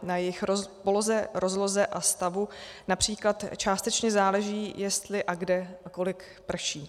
Na jejich poloze, rozloze a stavu například částečně záleží, jestli, kde a kolik prší.